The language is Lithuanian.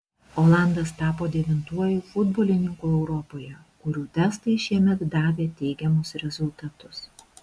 olandas tapo devintuoju futbolininku europoje kurių testai šiemet davė teigiamus rezultatus